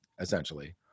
essentially